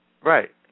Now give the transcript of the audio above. Right